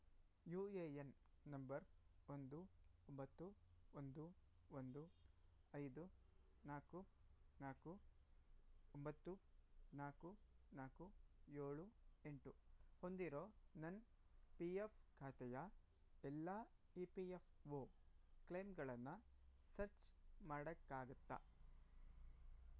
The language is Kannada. ಯು ಎ ಎನ್ ನಂಬರ್ ಒಂದು ಒಂಬತ್ತು ಒಂದು ಒಂದು ಐದು ನಾಲ್ಕು ನಾಲ್ಕು ಒಂಬತ್ತು ನಾಲ್ಕು ನಾಲ್ಕು ಏಳು ಎಂಟು ಹೊಂದಿರೋ ನನ್ನ ಪಿ ಎಫ್ ಖಾತೆಯ ಎಲ್ಲ ಇ ಪಿ ಎಫ್ ಒ ಕ್ಲೇಮ್ಗಳನ್ನು ಸರ್ಚ್ ಮಾಡೋಕ್ಕಾಗತ್ತಾ